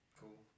cool